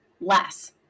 less